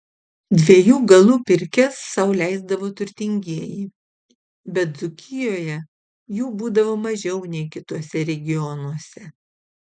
dviejų galų pirkias sau leisdavo turtingieji bet dzūkijoje jų būdavo mažiau nei kituose regionuose